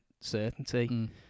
certainty